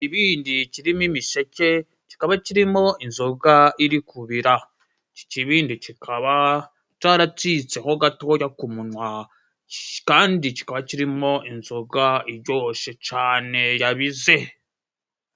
Ikibindi kirimo imiseke kikaba kirimo inzoga iri kubira. Iki kibindi kikaba caracitse ho gatoya ku munwa kandi kikaba kirimo inzoga iryoshe cane yabize.